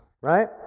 Right